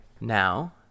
Now